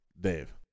Dave